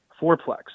fourplex